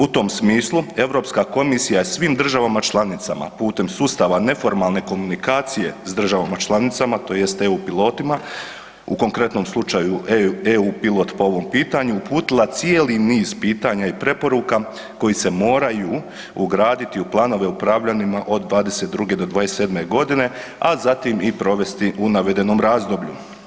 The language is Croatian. U tom smislu Europska komisija svim državama članicama putem sustava neformalne komunikacije s državama članicama tj. EU pilotima, u konkretnom slučaju EU pilot po ovom pitanju, uputila cijeli niz pitanja i preporuka koji se moraju ugraditi u planove upravljanjima od '22. do '27.g., a zatim i provesti u navedenom razdoblju.